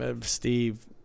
Steve